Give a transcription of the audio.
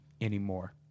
anymore